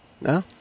No